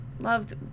loved